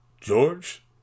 George